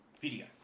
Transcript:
video